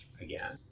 again